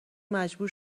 مجبور